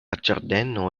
ĝardeno